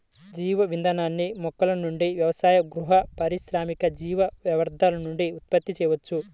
జీవ ఇంధనాన్ని మొక్కల నుండి వ్యవసాయ, గృహ, పారిశ్రామిక జీవ వ్యర్థాల నుండి ఉత్పత్తి చేయవచ్చు